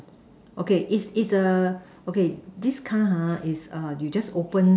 okay is is the okay this car ha is err you just open